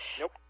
Nope